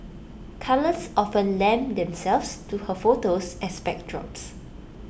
colours often lend themselves to her photos as backdrops